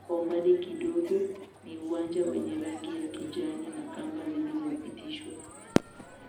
Kwa umbali kidogo, ni uwanja wenye rangi ya kijani na kamba zilizopitishwa.